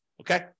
Okay